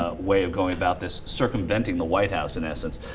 ah wave going about this circumventing the white house in essence